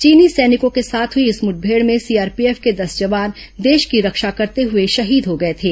चीनी सैनिकों के साथ हुई इस मुठभेड़ में सीआरपीएफ के दस जवान देश की रक्षा करते हुए शहीद हो गए थे